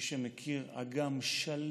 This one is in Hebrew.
מי שמכיר, אגם שלו,